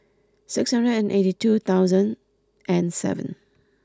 six hundred and eighty two thousand and seven